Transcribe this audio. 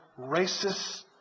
racist